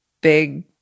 big